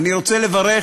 אני רוצה לברך